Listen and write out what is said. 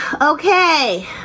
okay